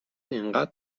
اینقدر